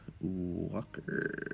Walker